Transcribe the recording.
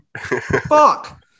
Fuck